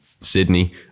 Sydney